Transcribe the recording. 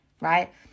right